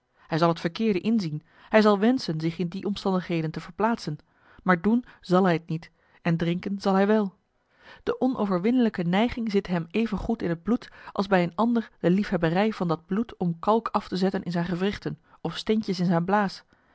hij zal het verkeerde inzien hij zal wenschen zich in die omstandigheden te verplaatsen maar doen zal hij t niet en drinken zal hij wel de onoverwinnelijke neiging zit hem even goed in het bloed als bij een ander de liefhebberij van dat bloed om kalk af te zetten in zijn gewrichten of steentjes in zijn blaas